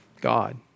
God